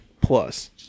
plus